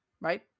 right